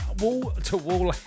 wall-to-wall